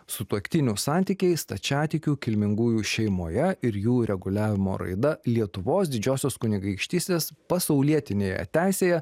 sutuoktinių santykiai stačiatikių kilmingųjų šeimoje ir jų reguliavimo raida lietuvos didžiosios kunigaikštystės pasaulietinėje teisėje